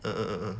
uh uh uh uh